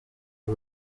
ari